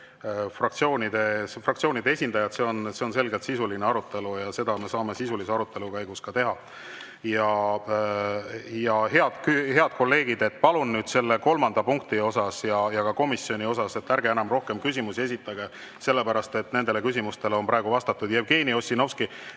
fraktsioonide esindajad. See on selgelt sisuline arutelu ja seda me saame sisulise arutelu käigus ka teha. Head kolleegid, palun ärge selle kolmanda punkti ja ka komisjoni kohta enam rohkem küsimusi esitage, sellepärast et nendele küsimustele on juba vastatud. Jevgeni Ossinovski,